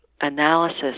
analysis